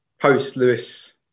post-Lewis